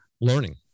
learning